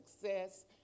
success